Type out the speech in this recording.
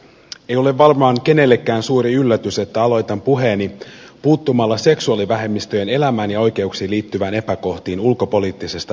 ei ole varmaan kenellekään suuri yllätys että aloitan puheeni puuttumalla seksuaalivähemmistöjen elämään ja oikeuksiin liittyviin epäkohtiin ulkopoliittisesta näkökulmasta